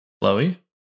Chloe